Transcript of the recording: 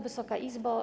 Wysoka Izbo!